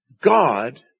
God